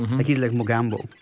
like he's like mogambo.